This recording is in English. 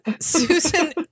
Susan